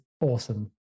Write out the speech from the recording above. awesome